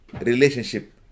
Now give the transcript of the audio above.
relationship